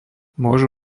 môžu